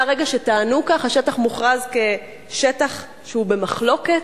מהרגע שטענו כך השטח מוכרז כשטח שהוא במחלוקת,